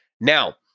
Now